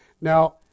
Now